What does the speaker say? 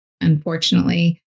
unfortunately